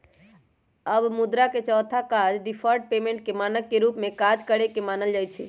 अब मुद्रा के चौथा काज डिफर्ड पेमेंट के मानक के रूप में काज करेके न मानल जाइ छइ